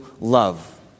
love